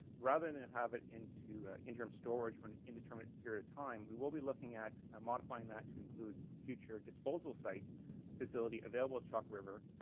rather than and have it into a interim storage for an indeterminate period of time, we will be looking at modifying that to include a future disposal site facility available at chalk river,